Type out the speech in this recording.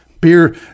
Beer